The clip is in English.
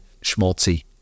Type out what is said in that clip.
schmaltzy